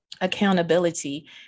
accountability